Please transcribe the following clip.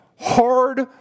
Hard